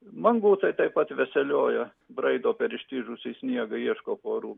mangutai taip pat veselioja braido per ištižusį sniegą ieško porų